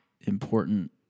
important